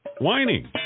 whining